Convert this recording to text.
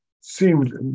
seemed